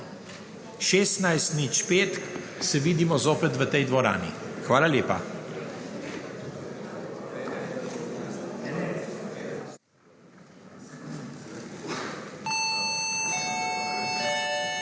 16.05 se vidimo zopet v tej dvorani. Hvala lepa.